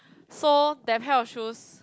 so that pair of shoes